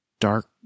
Dark